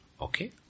okay